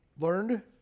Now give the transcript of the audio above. learned